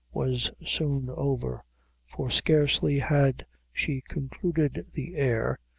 was soon over for scarcely had she concluded the air,